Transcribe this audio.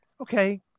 Okay